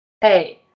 hey